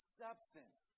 substance